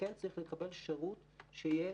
זקן צריך לקבל שירות שיהיה